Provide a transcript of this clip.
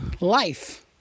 life